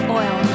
oil